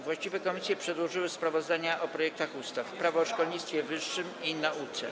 Właściwe komisje przedłożyły sprawozdania o projektach ustaw: - Prawo o szkolnictwie wyższym i nauce.